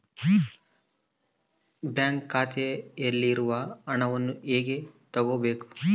Bank ಖಾತೆಯಲ್ಲಿರುವ ಹಣವನ್ನು ಹೇಗೆ ತಗೋಬೇಕು?